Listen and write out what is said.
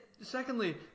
secondly